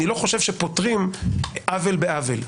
לא חושב שפותרים עוול בעוול.